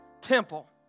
temple